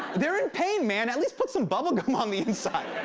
they're in pain, man. at least put some bubblegum on the inside.